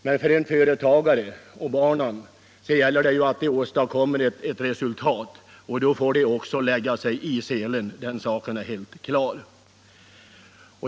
Men för en företagarefamilj gäller det ju att åstadkomma ett resultat, och då får de också ligga i selen, den saken är helt klar.